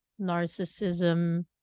narcissism